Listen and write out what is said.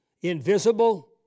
invisible